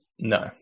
No